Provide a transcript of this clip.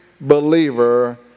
believer